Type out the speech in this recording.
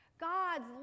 God's